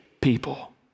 people